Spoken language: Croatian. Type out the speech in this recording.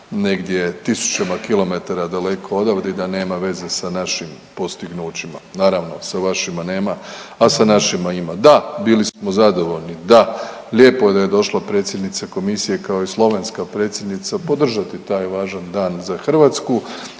negdje tisućama kilometara daleko odavde i da nema veze sa našim postignućima. Naravno, sa vašima nema, a sa našima ima. Da, bili smo zadovoljni, da lijepo je da je došla predsjednica komisije kao i slovenska predsjednica podržati taj važan dan za Hrvatsku